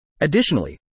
Additionally